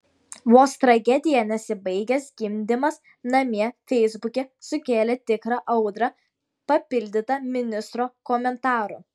vos tragedija nesibaigęs gimdymas namie feisbuke sukėlė tikrą audrą papildyta ministro komentaru